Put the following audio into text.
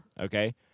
Okay